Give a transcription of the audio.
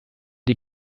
die